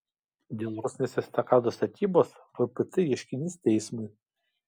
dėl rusnės estakados statybos vpt ieškinys teismui